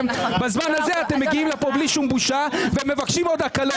בזמן הזה אתם מגיעים לפה בלי שום בושה ומבקשים עוד הקלות.